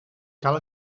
cal